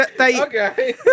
Okay